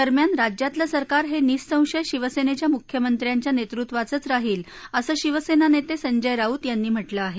दरम्यान राज्यातलं सरकार हे निःसंशय शिवसेनेच्या मुख्यमंत्र्यांच्या नेतृत्वाचंच राहील असं शिवसेना नेते संजय राऊत यांनी म्हटलं आहे